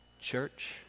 Church